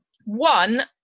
one